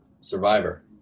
Survivor